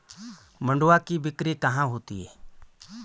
मंडुआ की बिक्री कहाँ होती है?